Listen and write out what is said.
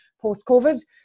post-COVID